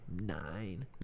nine